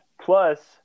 Plus